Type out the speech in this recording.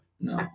No